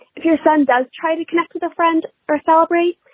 if your son does try to connect with a friend or celebrate.